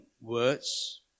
words